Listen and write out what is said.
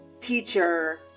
teacher